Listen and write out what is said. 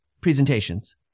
presentations